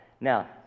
Now